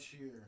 year